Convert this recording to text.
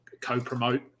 co-promote